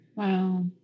Wow